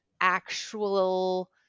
actual